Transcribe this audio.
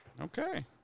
Okay